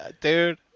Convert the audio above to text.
Dude